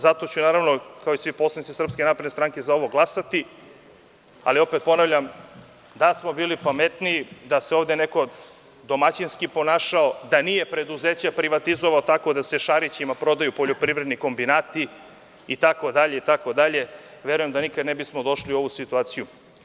Zato ću, naravno, kao i svi poslanici SNS, za ovo glasati ali, opet ponavljam, da smo bili pametniji, da se ovde neko domaćinski ponašao, da nije preduzeće privatizovao tako da se Šarićima prodaju poljoprivredni kombinati itd, verujem da nikada ne bismo došli u ovu situaciju.